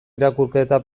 irakurketa